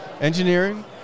Engineering